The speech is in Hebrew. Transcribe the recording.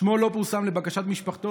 שמו לא פורסם לבקשת משפחתו,